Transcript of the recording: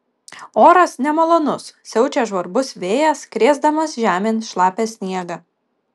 oras nemalonus siaučia žvarbus vėjas krėsdamas žemėn šlapią sniegą